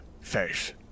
face